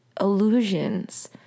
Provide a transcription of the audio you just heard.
illusions